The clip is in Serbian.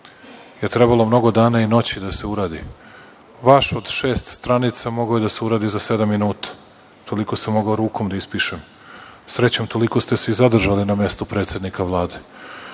je trebalo mnogo dana i noći da se uradi. Vaš od šest stranica mogao je da se uradi za sedam minuta. Toliko sam mogao rukom da ispišem. Srećom, toliko ste se i zadržali na mestu predsednika Vlade.